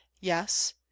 Yes